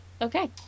Okay